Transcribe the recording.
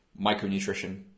micronutrition